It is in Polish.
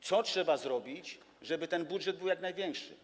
Co trzeba zrobić, żeby ten budżet był jak największy?